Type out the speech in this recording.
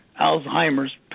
Alzheimer's